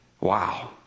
Wow